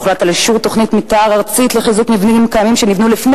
הוחלט על אישור תוכנית מיתאר ארצית לחיזוק מבנים שנבנו לפני